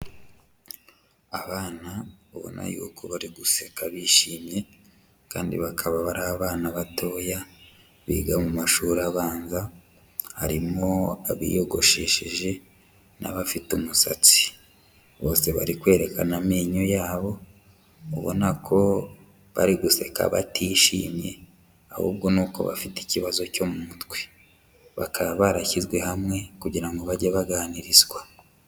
Abana ubona yuko bari guseka bishimye kandi bakaba ari abana batoya biga mu mashuri abanza, harimo abiyogoshesheje n'abafite umusatsi. Bose bari kwerekana amenyo yabo, ubona ko bari guseka batishimye, ahubwo nuko bafite ikibazo cyo mu mutwe. Bakaba barashyizwe hamwe kugira ngo bajye baganirizwa.